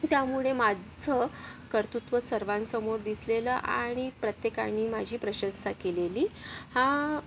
त्यामुळे माझं कर्तृत्व सर्वांसमोर दिसलेलं आणि प्रत्येकानी माझी प्रशंसा केलेली हा